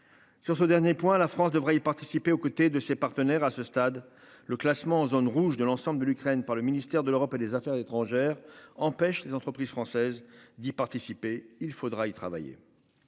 Sur ce dernier point, la France devrait y participer aux côtés de ses partenaires à ce stade le classement en zone rouge de l'ensemble de l'Ukraine par le ministère de l'Europe et des Affaires étrangères empêche les entreprises françaises d'y participer, il faudra y travailler.